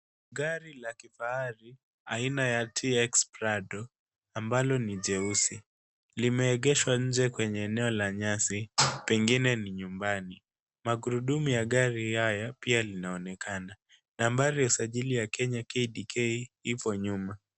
Gari la kifahari, aina ya TX Prado ambalo ni jeusi, limeegeshwa nje kwenye eneo la nyasi, pengine ni nyumbani. Magurudumu ya gari haya pia linaonekana. Nambari ya usajili ya Kenya KDK ipo nyuma.